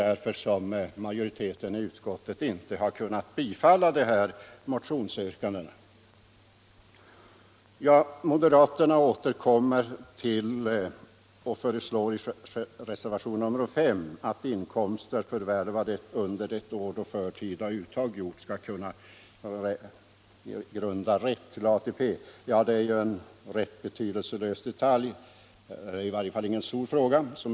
Därför har utskottets majoritet inte kunnat biträda det motionsyrkandet. Vidare återkommer moderaterna och föreslår i reservationen 5 att inkomster förvärvade under det år då förtida uttag gjorts skall kunna grunda rätt till ATP. Det är en ganska betydelselös detalj — eller i varje fall är det ingen stor fråga.